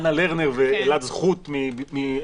את רוצה את אנה לרנר ואלעד זכות מן המוסד